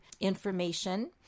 information